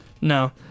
No